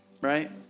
right